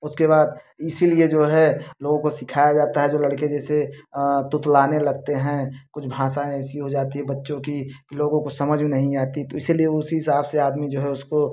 उसके बाद इसलिए जो है लोगों को सिखाया जाता है जो लड़के जैसे तुतलाने लगते हैं कुछ भाषाएँ ऐसी हो जाती है बच्चों की कि लोगों को समझ नहीं आती तो इसलिए उसी हिसाब से आदमी जो है उसको